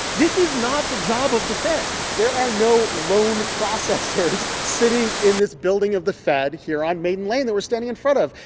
this is not the job of the fed there are no loan processors sitting in this building of the fed here on maiden lane that we're standing in front of.